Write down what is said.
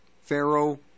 Pharaoh